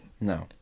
no